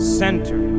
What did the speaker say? center